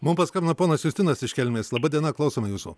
mum paskambino ponas justinas iš kelmės laba diena klausome jūsų